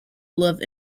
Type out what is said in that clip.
love